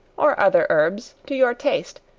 or other herbs, to your taste,